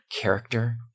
character